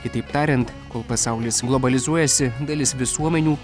kitaip tariant kol pasaulis globalizuojasi dalis visuomenių